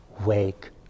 wake